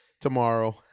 tomorrow